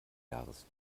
jahres